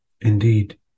indeed